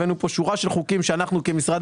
הבאנו כאן שורה של חוקים שאנחנו כמשרד